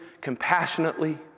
compassionately